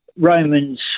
Romans